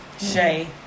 Shay